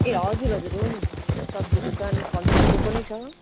ए हजुर हजुर हो नि सब्जी दोकान फलफुलको पनि छ